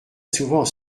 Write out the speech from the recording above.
souvent